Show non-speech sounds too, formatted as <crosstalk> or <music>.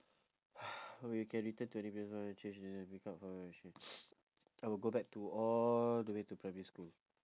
<breath> if you can return to any previous point in your life change pick up what will you change <noise> I will go back to all the way to primary school